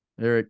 Eric